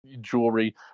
jewelry